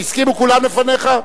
הסכימו כולם לפניך?